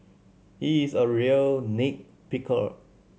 he is a real nit picker